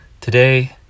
today